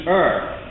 earth